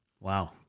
Wow